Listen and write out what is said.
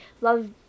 love